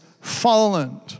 fallen